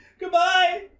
Goodbye